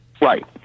Right